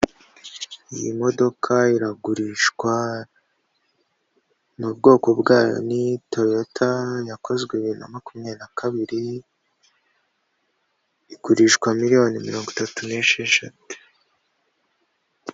Iyi modoka iragurishwa, ni ubwoko bwayo ni toyota yakozwebiri na makumyabiri kabiri, igurishwa miliyoni mirongo itatu n'esheshatu.